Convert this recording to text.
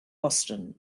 boston